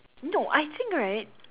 no I think right